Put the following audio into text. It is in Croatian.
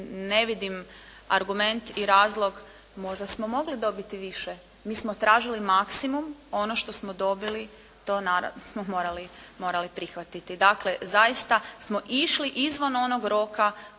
ne vidim argument i razlog, možda smo mogli dobiti više. Mi smo tražili maksimum, ono što smo dobili, to smo morali prihvatiti. Dakle, zaista smo išli izvan onog roka